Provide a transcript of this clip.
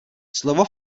slovo